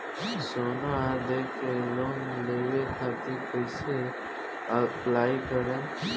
सोना देके लोन लेवे खातिर कैसे अप्लाई करम?